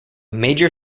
major